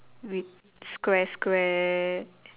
with square square